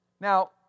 Now